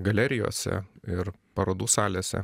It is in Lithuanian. galerijose ir parodų salėse